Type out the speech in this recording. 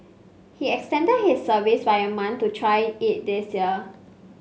he extended his service by a month to try it this year